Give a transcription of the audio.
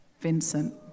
Vincent